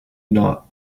not